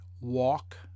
walk